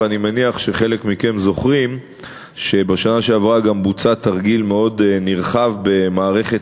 ואני מניח שחלק מכם זוכרים שבשנה שעברה גם בוצע תרגיל מאוד נרחב במערכת